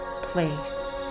place